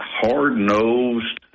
hard-nosed